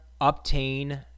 obtain